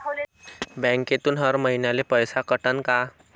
बँकेतून हर महिन्याले पैसा कटन का?